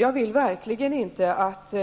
Jag vill verkligen inte att